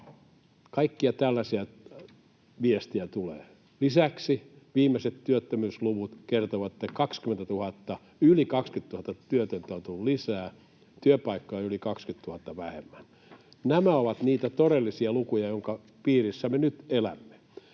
kaikkia tällaisia viestejä tulee. Lisäksi viimeiset työttömyysluvut kertovat, että yli 20 000 työtöntä on tullut lisää, työpaikkoja on yli 20 000 vähemmän. Nämä ovat niitä todellisia lukuja, joiden piirissä me nyt elämme.